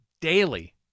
daily